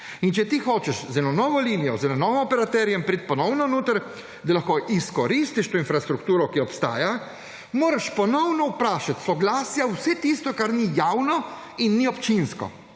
In če ti hočeš z eno novo linijo, z enim novim operaterjem priti ponovno noter, da lahko izkoristiš to infrastrukturo, ki obstaja, moraš ponovno vprašati za soglasja za vse tisto, kar ni javno in ni občinsko;